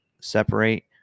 separate